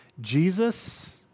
Jesus